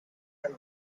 and